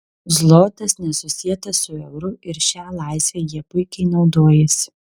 zlotas nesusietas su euru ir šia laisve jie puikiai naudojasi